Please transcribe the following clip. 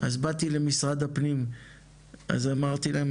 אז באתי למשרד הפנים אמרתי להם,